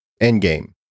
Endgame